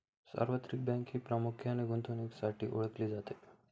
सार्वत्रिक बँक ही प्रामुख्याने गुंतवणुकीसाठीही ओळखली जाते